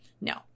No